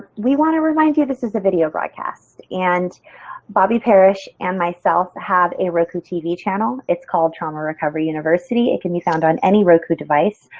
we want to remind you this is a video broadcast and bobbi parish and myself have a roku tv channel. it's called trauma recovery university. it can be found on any roku device.